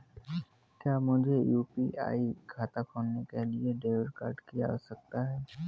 क्या मुझे यू.पी.आई खाता खोलने के लिए डेबिट कार्ड की आवश्यकता है?